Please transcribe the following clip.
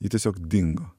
ji tiesiog dingo